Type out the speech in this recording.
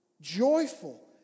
joyful